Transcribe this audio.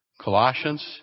Colossians